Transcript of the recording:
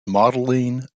modeling